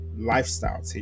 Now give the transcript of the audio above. Lifestyle